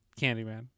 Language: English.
Candyman